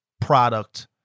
product